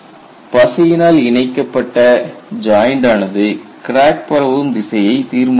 பசையினால் இணைக்கப்பட்ட ஜாயிண்ட் ஆனது கிராக் பரவும் திசையை தீர்மானிக்கிறது